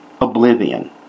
oblivion